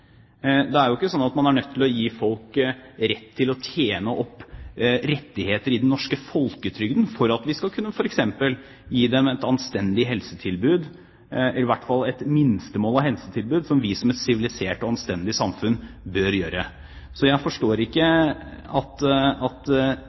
Det er jo ikke sånn at man er nødt til å gi folk rett til å tjene opp rettigheter i den norske folketrygden for at vi f.eks. skal kunne gi dem et anstendig helsetilbud – i hvert fall et minstemål av helsetilbud – som vi som et sivilisert og anstendig samfunn bør gjøre. Så jeg forstår ikke